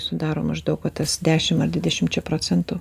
sudaro maždaug va tas dešim ar dvidešim čia procentų